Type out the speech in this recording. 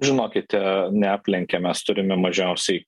žinokite neaplenkia mes turime mažiausiai